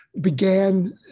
began